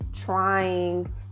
trying